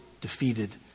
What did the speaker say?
defeated